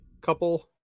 couple